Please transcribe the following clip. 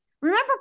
Remember